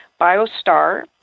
Biostar